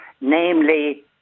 namely